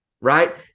right